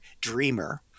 dreamer